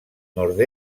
nord